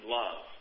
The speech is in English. love